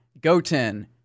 Goten